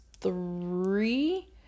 three